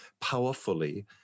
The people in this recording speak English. powerfully